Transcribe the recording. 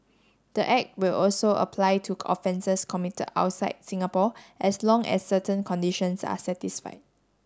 the act will also apply to offences committed outside Singapore as long as certain conditions are satisfied